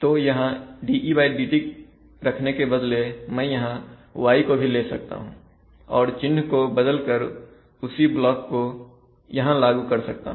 तो यहां de dt रखने के बदले मैं यहां y को भी ले सकता हूं और चिन्ह को बदलकर उसी ब्लॉक को यहां लागू कर सकता हूं